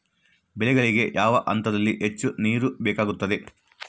ಬೆಳೆಗಳಿಗೆ ಯಾವ ಹಂತದಲ್ಲಿ ಹೆಚ್ಚು ನೇರು ಬೇಕಾಗುತ್ತದೆ?